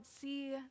see